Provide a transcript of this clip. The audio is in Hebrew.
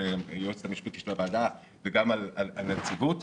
היועצת המשפטית של הוועדה וגם על הנציבות,